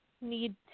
need